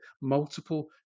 multiple